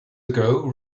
ago